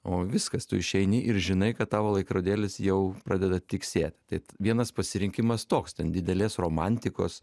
o viskas tu išeini ir žinai kad tavo laikrodėlis jau pradeda tiksėt tai vienas pasirinkimas toks ten didelės romantikos